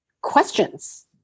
questions